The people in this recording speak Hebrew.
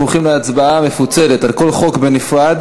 אנחנו הולכים להצבעה מפוצלת על כל חוק בנפרד,